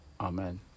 Amen